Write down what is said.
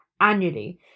annually